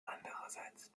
andererseits